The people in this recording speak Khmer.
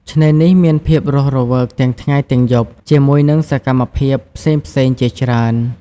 ឆ្នេរនេះមានភាពរស់រវើកទាំងថ្ងៃទាំងយប់ ជាមួយនឹងសកម្មភាពផ្សេងៗជាច្រើន។